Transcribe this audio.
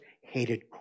hated